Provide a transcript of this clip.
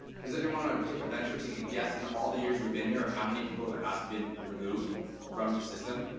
does anyone wanna take a venture, take a guess, in all the years we've been here how many people have asked to be removed from the system?